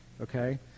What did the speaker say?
okay